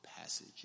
passage